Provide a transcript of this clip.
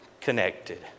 connected